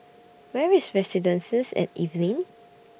Where IS Residences At Evelyn